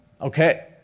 okay